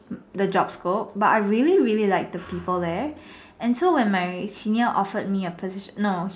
the job scope but I really really like the people there and so when my senior offered me a position no